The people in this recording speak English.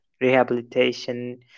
rehabilitation